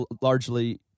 largely